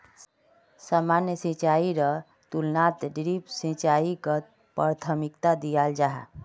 सामान्य सिंचाईर तुलनात ड्रिप सिंचाईक प्राथमिकता दियाल जाहा